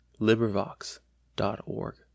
LibriVox.org